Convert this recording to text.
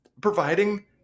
providing